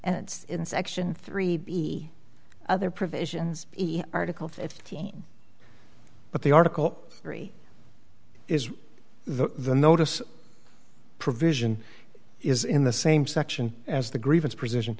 and it's in section three b other provisions article fifteen but the article three is the the notice provision is in the same section as the grievance p